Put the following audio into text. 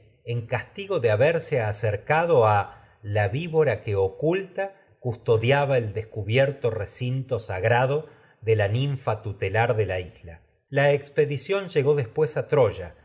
que castigo de haberse acercado la víbora sa oculta de custodiaba el ninfa tutelar a descubierto recinto de grado ción conó la la isla la expedi se llegó después la troya